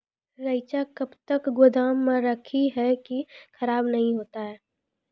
रईचा कब तक गोदाम मे रखी है की खराब नहीं होता?